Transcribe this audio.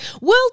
World